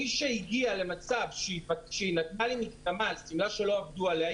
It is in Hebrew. מי שהגיעה למצב שהיא נתנה לי מקדמה על שמלה שלא עבדו עליה,